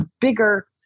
bigger